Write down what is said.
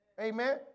Amen